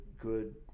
good